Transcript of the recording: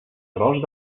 tros